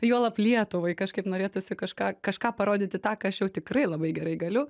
juolab lietuvai kažkaip norėtųsi kažką kažką parodyti tą ką aš jau tikrai labai gerai galiu